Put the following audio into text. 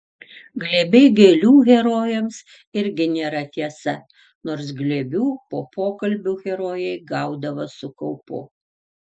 glėbiai gėlių herojams irgi nėra tiesa nors glėbių po pokalbių herojai gaudavo su kaupu